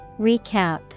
Recap